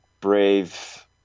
Brave